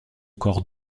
corps